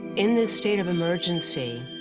in this state of emergency,